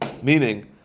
Meaning